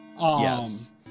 Yes